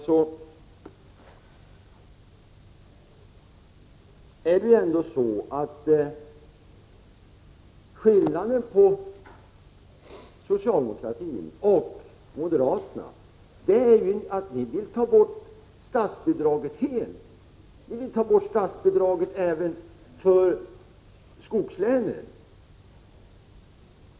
Sedan, Per Stenmarck, är skillnaden mellan socialdemokrater och moderater den att ni vill ta bort statsbidraget helt. Ni vill ta bort statsbidraget även för skogslänen.